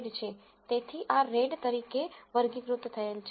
તેથી આ રેડ તરીકે તરીકે વર્ગીકૃત થયેલ છે